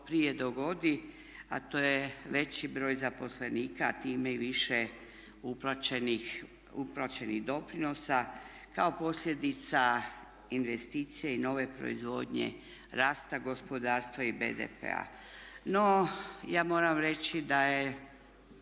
prije dogodi, a to je veći broj zaposlenika, a time i više uplaćenih doprinosa kao posljedica investicija i nove proizvodnje rasta gospodarstva i BDP-a. No, ja moram reći da to